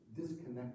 disconnected